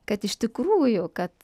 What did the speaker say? kad iš tikrųjų kad